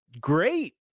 great